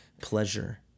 Pleasure